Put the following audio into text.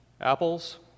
Apples